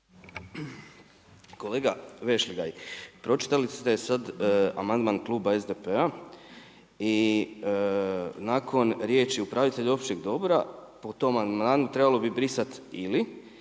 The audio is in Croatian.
Kolega VEšligaj, pročitali ste sada amandman kluba SDP-a i nakon riječi upravitelj općeg dobra po tom amandmanu trebalo bi brisati ili